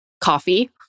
coffee